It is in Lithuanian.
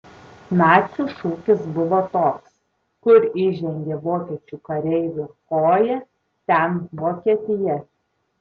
nacių šūkis buvo toks kur įžengė vokiečių kareivio koja ten vokietija